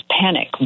panic